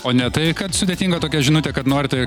o ne tai kad sudėtinga tokia žinutė kad norite